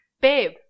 babe